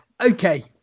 okay